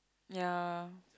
ya